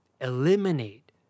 eliminate